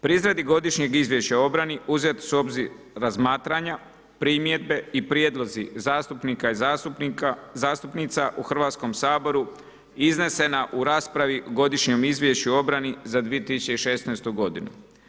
Pri izradi Godišnjeg izvješća o obrani uzeti su u obzir razmatranja, primjedbe i prijedlozi zastupnika i zastupnica u Hrvatskom saboru iznesena u raspravi o Godišnjem izvješću o obrani za 2016. godinu.